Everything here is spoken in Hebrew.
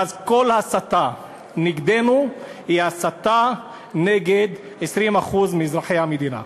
ואז כל הסתה נגדנו היא הסתה נגד 20% מאזרחי המדינה.